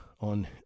on